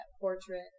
portrait